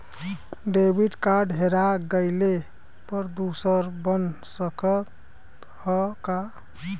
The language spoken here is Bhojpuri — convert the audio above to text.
डेबिट कार्ड हेरा जइले पर दूसर बन सकत ह का?